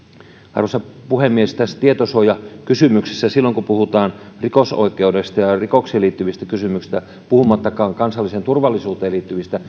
arvoisa puhemies tässä tietosuojakysymyksessä silloin kun puhutaan rikosoikeudesta ja rikoksiin liittyvistä kysymyksistä puhumattakaan kansalliseen turvallisuuteen liittyvistä